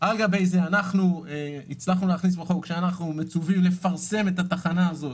על גבי זה אנחנו הצלחנו להכניס בחוק שאנחנו מצווים לפרסם את התחנה הזו,